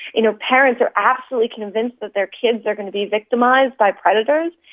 you know parents are absolutely convinced that their kids are going to be victimised by predators.